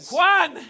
Juan